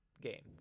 game